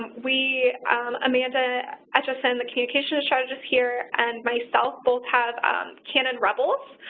we amanda etchison, the communication strategist here, and myself both have cannon rebels.